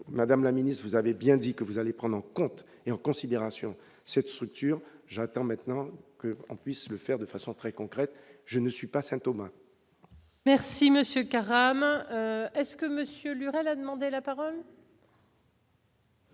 Madame la Ministre, vous avez bien dit que vous allez prendre en compte et en considération cette structure j'attends maintenant que l'on puisse le faire de façon très concrète, je ne suis pas Saint-Thomas. Merci Monsieur Karam, est-ce que Monsieur Lurel a demandé la parole.